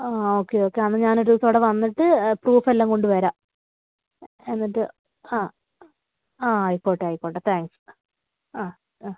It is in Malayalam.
ആ ഓക്കെ ഓക്കെ എന്നാല് ഞാനൊരു ദിവസം അവിടെ വന്നിട്ട് പ്രൂഫെല്ലാം കൊണ്ടുവരാം എന്നിട്ട് ആ ആ ആയിക്കോട്ടെ ആയിക്കോട്ടെ താങ്ക്സ് ആ ആ